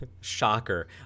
Shocker